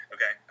Okay